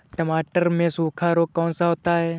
टमाटर में सूखा रोग कौन सा होता है?